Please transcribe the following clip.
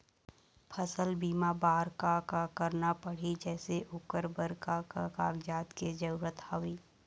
फसल बीमा बार का करना पड़ही जैसे ओकर बर का का कागजात के जरूरत हवे?